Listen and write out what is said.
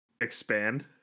expand